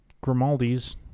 Grimaldi's